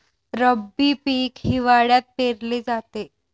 रब्बी पीक हिवाळ्यात पेरले जाते